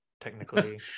technically